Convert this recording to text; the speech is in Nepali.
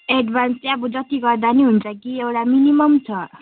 एड्भान्स चाहिँ अब जति गर्दा पनि हुन्छ कि एउटा मिनिमम छ